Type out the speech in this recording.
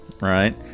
right